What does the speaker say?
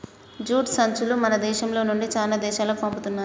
jute సంచులు మన దేశం నుండి చానా దేశాలకు పంపుతున్నారు